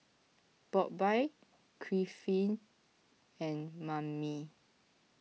Bobbye Griffith and Mammie